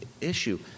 issue